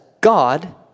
God